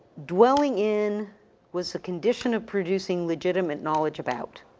dwelling in was a condition of producing legitimate knowledge about.